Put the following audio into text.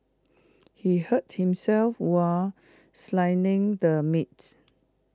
he hurt himself while the meat